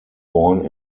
born